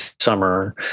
summer